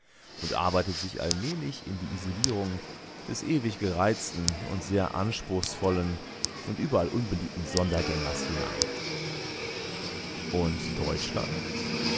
und arbeitet sich allmählich in die isolierung des ewig gereizten und sehr anspruchsvollen und überall unbeliebten sondergängers hinein und deutschland